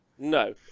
No